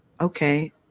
Okay